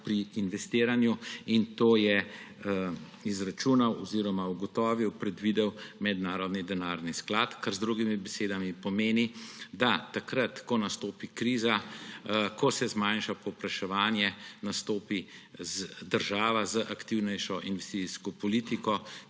pri investiranju. To je izračunal oziroma predvidel Mednarodni denarni sklad, kar z drugimi besedami pomeni, da takrat, ko nastopi kriza, ko se zmanjša povpraševanje, nastopi država z aktivnejšo investicijsko politiko,